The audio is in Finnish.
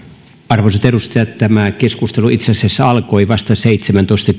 arvoisat edustajat tämä keskustelu alkoi itse asiassa vasta seitsemäntoista